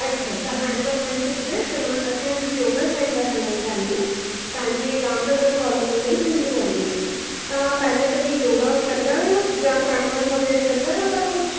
अच्छा त हाणे मां तव्हांखे ॿुधाए छॾियां असां हिकु योगा सैंटर हलाईंदा आहियूं तव्हांजे राम नगर कॉलोनी में ई सिंधू वाड़ी में तव्हां पहले कॾहिं योगा कंदा आहियो जामु प्राणायाम वग़ैरह कंदा आहियो तव्हां कुझु